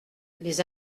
les